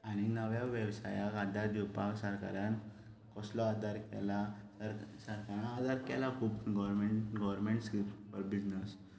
आनी नव्या वेवसायाक आदार दिवपा सरकारान कसलो आदार केला तर सराकारान आदार केला खूब government government schemes for business